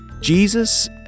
Jesus